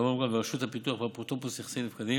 בע"מ ורשות הפיתוח והאפוטרופוס לנכסי נפקדים.